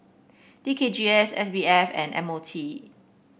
T K G S S B F and M O T